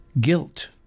guilt